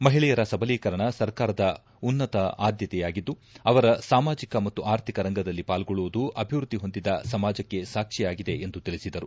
ಮಹಿಳೆಯರ ಸಬಲೀಕರಣ ಸರ್ಕಾರದ ಉನ್ನತ ಆದ್ಯತೆಯಾಗಿದ್ದು ಅವರು ಸಾಮಾಜಿಕ ಮತ್ತು ಆರ್ಥಿಕ ರಂಗದಲ್ಲಿ ಪಾಲ್ಗೊಳ್ಳುವುದು ಅಭಿವೃದ್ದಿ ಹೊಂದಿದ ಸಮಾಜಕ್ಕೆ ಸಾಕ್ಷಿಯಾಗಿದೆ ಎಂದು ತಿಳಿಸಿದರು